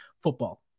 football